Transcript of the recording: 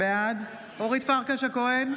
בעד אורית פרקש הכהן,